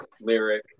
lyric